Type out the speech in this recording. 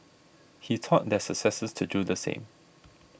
he taught their successors to do the same